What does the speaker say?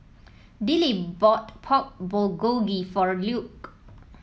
Dillie bought Pork Bulgogi for Luke